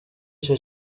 ico